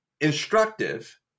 instructive